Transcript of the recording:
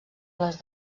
les